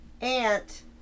aunt